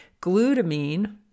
glutamine